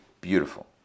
beautiful